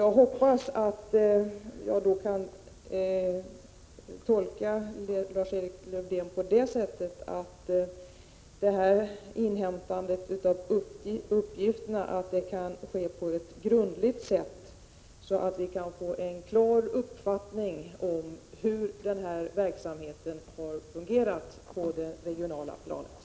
Jag hoppas att jag kan tolka Lars-Erik Lövdéns uttalande så, att inhämtandet av uppgifter skall ske på ett grundligt sätt, så att vi får en klar uppfattning om hur den här verksamheten har fungerat på det regionala planet.